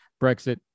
Brexit